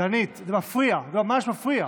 דנית, זה מפריע, זה ממש מפריע.